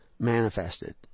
Manifested